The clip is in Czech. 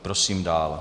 Prosím dál.